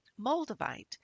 Moldavite